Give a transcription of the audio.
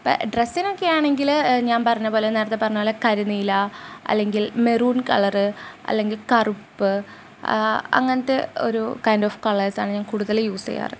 ഇപ്പം ഡ്രെസ്സിനൊക്കെയാണെങ്കിൽ ഞാന് പറഞ്ഞപോലെ നേരത്തെ പറഞ്ഞപോലെ കരിനീല അല്ലെങ്കില് മെറൂണ് കളറ് അല്ലെങ്കില് കറുപ്പ് അങ്ങനത്തെ ഒരു കൈന്റ് ഓഫ് കളേര്സാണ് ഞാന് കൂടുതൽ യൂസ് ചെയ്യാറ്